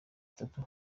itatu